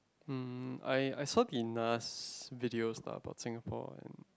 um I I saw the Nas videos lah about Singapore and